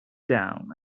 down